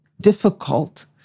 difficult